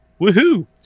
Woohoo